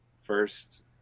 first